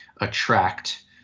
attract